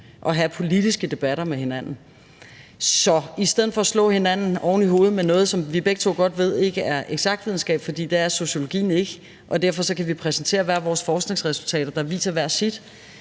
og have de politiske debatter. Så i stedet for at slå hinanden oven i hovedet med noget, som vi begge to godt ved ikke er eksakt videnskab – for det er sociologien ikke, og derfor kan vi præsentere hvert vores forskningsresultater, der viser hvert sit